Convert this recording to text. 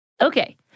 Okay